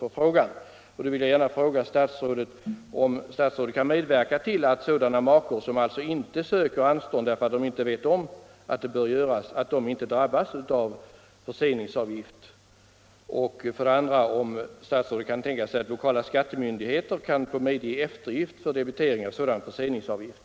Jag vill gärna fråga statsrådet om han kan medverka dels till att sådana makar, som alltså inte söker anstånd därför att de inte vet om att detta bör göras, inte drabbas av förseningsavgift, dels till att lokala skattemyndigheter kan få medge eftergift av sådan förseningsavgift.